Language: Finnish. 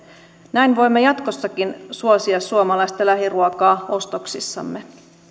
näin voimme jatkossakin suosia suomalaista lähiruokaa ostoksissamme